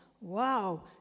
Wow